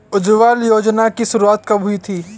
उज्ज्वला योजना की शुरुआत कब हुई थी?